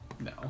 No